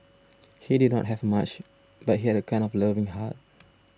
he did not have much but he had a kind of loving heart